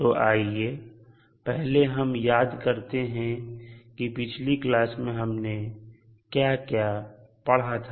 तो आइए पहले हम याद करते हैं कि पिछली क्लास में हमने क्या क्या पढ़ा था